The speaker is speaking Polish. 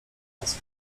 razy